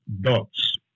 dots